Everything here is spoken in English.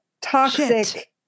toxic